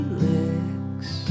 licks